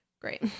Great